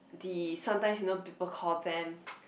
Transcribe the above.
the sometimes you know people call them